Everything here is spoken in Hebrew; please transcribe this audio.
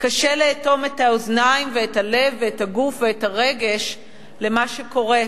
קשה לאטום את האוזניים ואת הלב ואת הגוף ואת הרגש למה שקורה,